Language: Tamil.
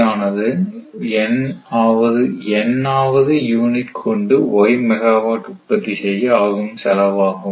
ஆனது N ஆவது யூனிட் கொண்டு Y மெகாவாட் உற்பத்தி செய்ய ஆகும் செலவு ஆகும்